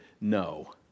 no